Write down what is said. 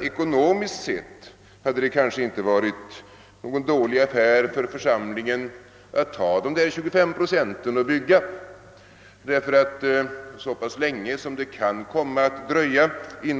Ekonomiskt sett hade det kanske inte varit någon dålig affär för församlingen att bygga, trots de 25 procenten i investeringsavgift. Det är